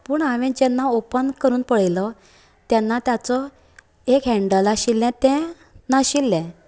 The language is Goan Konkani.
पूण हांवें जेन्ना ओपन करून पळयलो तेन्ना ताचो एक हेंडल आशिल्ले तें नाशिल्ले